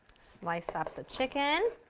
slice up the chicken.